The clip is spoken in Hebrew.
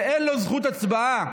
שאין לו זכות הצבעה,